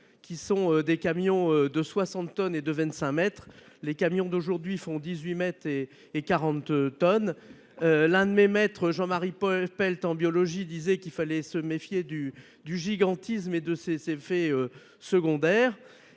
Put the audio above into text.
qui sont des camions de 60 tonnes et de 25 mètres ; les camions d’aujourd’hui font 18 mètres et 40 tonnes. L’un de mes maîtres en biologie, Jean Marie Pelt, disait qu’il fallait se méfier du gigantisme et de ses effets secondaires